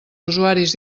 usuaris